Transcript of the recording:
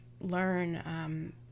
learn